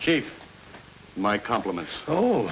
chief my compliments oh